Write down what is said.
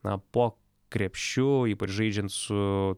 na po krepšiu ypač žaidžiant su